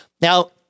Now